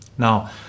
Now